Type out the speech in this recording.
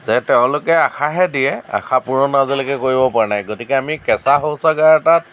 যে তেওঁলোকে আশাহে দিয়ে আশা পূৰণ আজিলৈকে কৰিব পৰা নাই গতিকে কেঁচা শৌচাগাৰ এটা